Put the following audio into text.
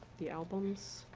the albums?